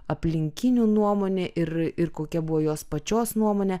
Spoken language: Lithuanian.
aplinkinių nuomonė ir ir kokia buvo jos pačios nuomonė